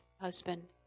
husband